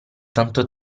tanto